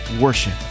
worship